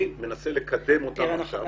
אני מנסה לקדם את זה עכשיו.